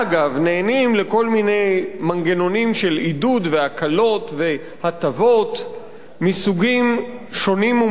נהנים מכל מיני מנגנונים של עידוד והקלות והטבות מסוגים שונים ומשונים.